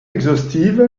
exhaustive